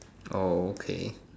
oh okay